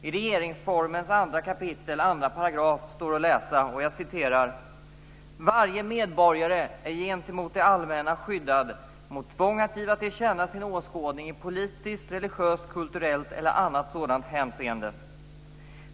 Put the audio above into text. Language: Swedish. I regeringsformens 2 kap. 2 § står att läsa detta: "Varje medborgare är gentemot det allmänna skyddad mot tvång att giva till känna sin åskådning i politiskt, religiöst, kulturellt eller annat sådant hänseende.